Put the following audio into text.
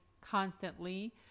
constantly